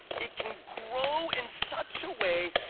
it can grow in such a way,